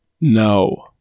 No